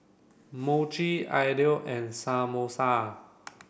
Mochi Idili and Samosa